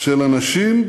של אנשים,